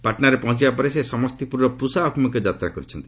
ପାଟନାରେ ପହଞ୍ଚବା ପରେ ସେ ସମସ୍ତିପୁରର ପୁସା ଅଭିମୁଖେ ଯାତ୍ରା କରିଛନ୍ତି